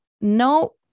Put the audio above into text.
no